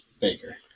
Baker